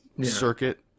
circuit